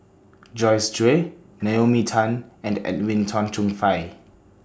Joyce Jue Naomi Tan and Edwin Tong Chun Fai